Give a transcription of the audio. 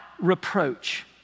reproach